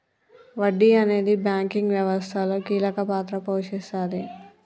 వడ్డీ అనేది బ్యాంకింగ్ వ్యవస్థలో కీలక పాత్ర పోషిస్తాది